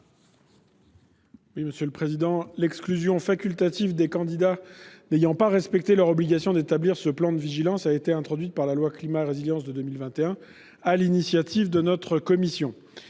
du territoire ? L'exclusion facultative des candidats n'ayant pas respecté leur obligation d'établir un plan de vigilance a été introduite par la loi Climat et résilience de 2021, sur l'initiative de la commission